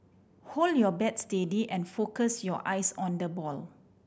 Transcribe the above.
hold your bat steady and focus your eyes on the ball